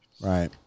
Right